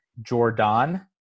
Jordan